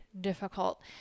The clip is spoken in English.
difficult